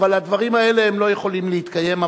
אבל הדברים האלה לא יכולים להתקיים.